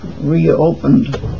reopened